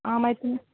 आं मागीर तूं